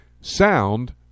Sound